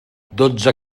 dotze